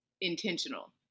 intentional